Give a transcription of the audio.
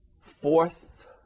fourth